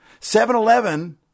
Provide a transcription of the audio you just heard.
7-Eleven